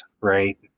Right